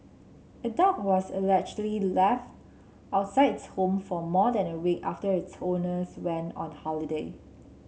a dog was allegedly left outside its home for more than a week after its owners went on holiday